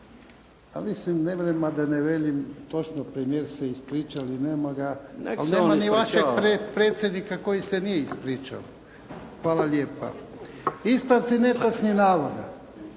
Mislim ne mrem a da ne velim točno, premijer se irpičal i nema ga, ali nema ni vašeg predsjednika koji se nije ispričao. Hvala lijepa. Ispravci netočnih navoda.